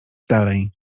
dalej